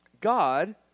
God